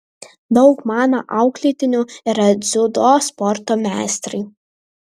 daug mano auklėtinių yra dziudo sporto meistrai